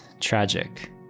tragic